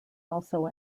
also